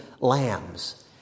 lambs